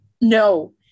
no